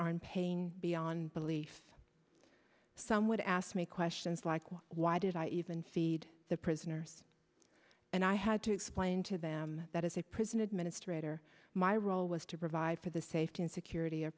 in pain beyond belief some would ask me questions like why why did i even feed the prisoners and i had to explain to them that is a prison administrator my role was to provide for the safety and security